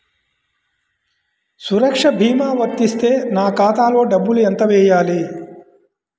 సురక్ష భీమా వర్తిస్తే నా ఖాతాలో డబ్బులు ఎంత వేయాలి?